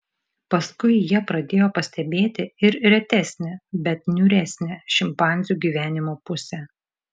paskui jie pradėjo pastebėti ir retesnę bet niūresnę šimpanzių gyvenimo pusę